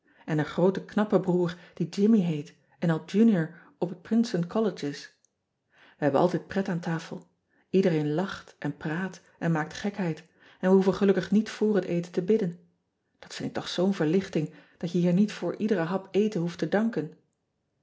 en een groote knappe broer die immie heet en al unior op het rinceton ollege is ij hebben altijd pret aan tafel edereen lacht en praat en maakt gekheid en we hoeven gelukkig niet vr het eten te bidden at wind ik toch zoo n verlichting dat je hier niet voor iederen hap eten hoeft te danken